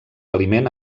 aliment